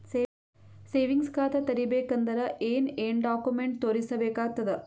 Savings ಖಾತಾ ತೇರಿಬೇಕಂದರ ಏನ್ ಏನ್ಡಾ ಕೊಮೆಂಟ ತೋರಿಸ ಬೇಕಾತದ?